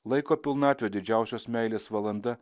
laiko pilnatvė didžiausios meilės valanda